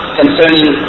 concerning